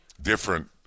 different